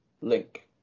link